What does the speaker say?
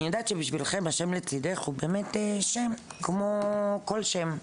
אני יודעת שבשבילכם השם "לצידך" הוא באמת שם כמו כל שם.